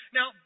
Now